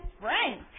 Frank